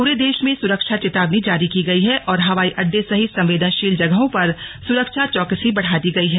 पूरे देश में सुरक्षा चेतावनी जारी की गई है और हवाई अड्डे सहित संवेदनशील जगहों पर सुरक्षा चौकसी बढ़ा दी गई है